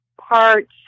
parts